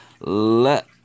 let